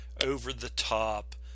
over-the-top